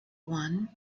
one